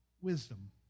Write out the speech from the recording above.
wisdom